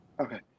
Okay